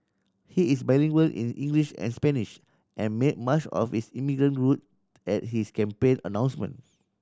he is bilingual in English and Spanish and made much of his immigrant root at his campaign announcement